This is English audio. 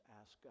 ask